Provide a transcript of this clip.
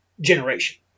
generation